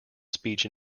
speech